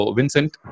Vincent